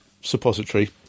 suppository